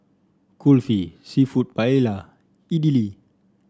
Kulfi seafood Paella Idili